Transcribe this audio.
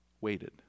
waited